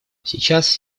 сейчас